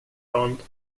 bond